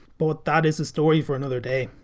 but that is a story for another day.